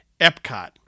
Epcot